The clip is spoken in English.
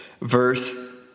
verse